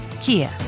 Kia